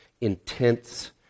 intense